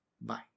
Bye